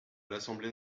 l’assemblée